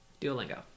Duolingo